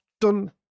done